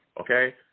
Okay